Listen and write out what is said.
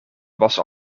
was